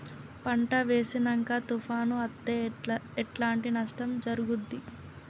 పంట వేసినంక తుఫాను అత్తే ఎట్లాంటి నష్టం జరుగుద్ది?